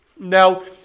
Now